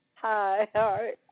Hi